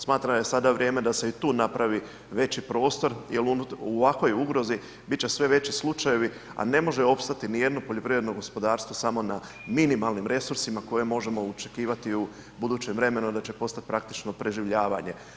Smatram da je sada vrijeme da se i tu napravi veći prostor jel u ovakvoj ugrozi bit će sve veći slučajevi, a ne može opstati nijedno poljoprivredno gospodarstvo samo na minimalnim resursima koje možemo očekivati u budućem vremenu da će postati praktično preživljavanje.